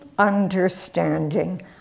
understanding